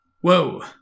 Whoa